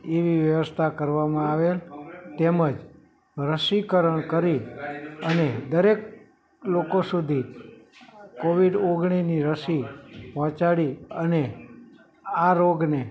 એવી વ્યવસ્થા કરવામાં આવે તેમજ રસીકરણ કરી અને દરેક લોકો સુધી કોવિડ ઓગણીસની રસી પહોંચાડી અને આ રોગને